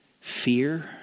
fear